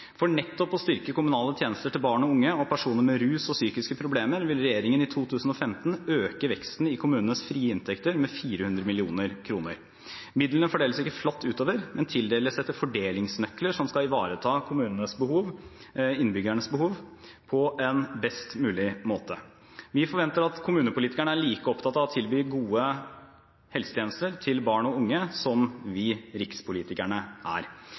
For nettopp å styrke kommunale tjenester til barn og unge og personer med rus og psykiske problemer vil regjeringen i 2015 øke veksten i kommunenes frie inntekter med 400 mill. kr. Midlene fordeles ikke flatt utover, men tildeles etter fordelingsnøkler som skal ivareta kommunenes behov – innbyggernes behov – på en best mulig måte. Vi forventer at kommunepolitikerne er like opptatt av å tilby gode helsetjenester til barn og unge som vi rikspolitikerne er.